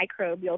microbial